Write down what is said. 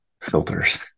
filters